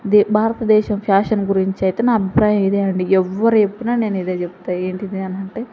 భారతదేశం ఫ్యాషన్ గురించి అయితే నా అభిప్రాయం ఇదే అండి ఎవరు చెప్పినా నేను ఇదే చెప్తాను ఏంటిది అని అంటే